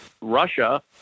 Russia